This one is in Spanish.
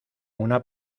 una